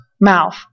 mouth